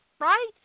right